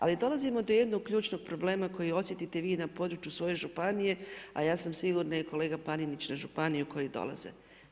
Ali dolazimo do jednog ključnog problema koji osjetite vi na području svoje županije, a ja sam sigurna i kolega Panenić na županiju koje dolaze.